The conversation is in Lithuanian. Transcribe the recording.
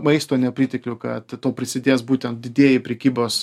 maisto nepriteklių kad tuo prisidės būtent didieji prekybos